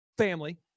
Family